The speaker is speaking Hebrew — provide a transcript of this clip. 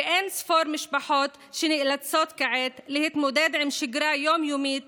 ואין-ספור משפחות שנאלצות כעת להתמודד עם שגרה יום-יומית